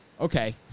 Okay